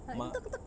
mak